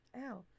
Ow